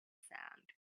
sound